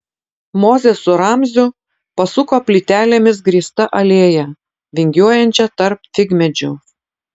mozė su ramziu pasuko plytelėmis grįsta alėja vingiuojančia tarp figmedžių